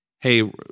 hey